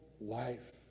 life